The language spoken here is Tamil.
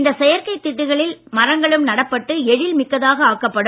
இந்த செயற்கை திட்டுகளில் மரங்களும் நடப்பட்டு எழில் மிக்கதாக ஆக்கப்படும்